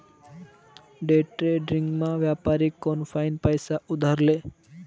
डेट्रेडिंगमा व्यापारी कोनफाईन पैसा उधार ले